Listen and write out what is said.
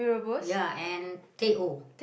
ya and teh O